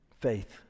Faith